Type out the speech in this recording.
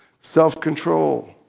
self-control